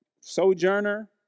sojourner